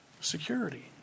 Security